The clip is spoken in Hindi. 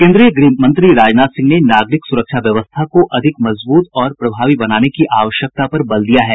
केन्द्रीय गृहमंत्री राजनाथ सिंह ने नागरिक सुरक्षा व्यवस्था को अधिक मजबूत और प्रभावी बनाने की आवश्यकता पर बल दिया है